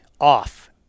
off